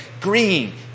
green